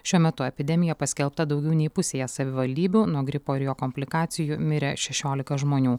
šiuo metu epidemija paskelbta daugiau nei pusėje savivaldybių nuo gripo ir jo komplikacijų mirė šešiolika žmonių